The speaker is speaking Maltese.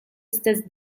istess